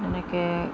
এনেকৈ